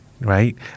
right